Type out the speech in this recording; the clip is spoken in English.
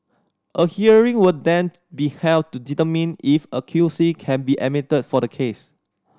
a hearing will then be held to determine if a Q C can be admitted for the case